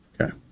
Okay